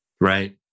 Right